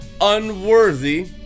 unworthy